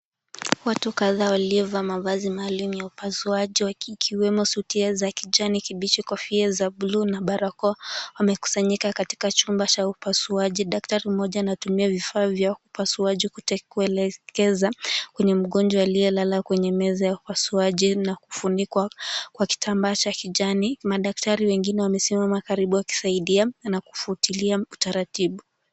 Watu kadhaa walio vaa mavazi maalum ya upasuaji, waki, ikiwemo suti ya kijani kibichi, kofia za (cs)blue(cs) na barakoa, wamekusanyika katika chumba cha upasuaji, daktari mmoja anatumia vifaa vyao kupasua juu kute, kuelekeza, kwenye mgonjwa aliyelala kwenye meza ya upasuaji na kufunikwa, kwa kitambaa cha kijani, madaktari wengine wamesimama wakisaidia, na kufutilia utaratibu.